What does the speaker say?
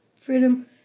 freedom